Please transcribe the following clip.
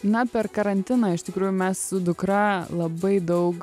na per karantiną iš tikrųjų mes su dukra labai daug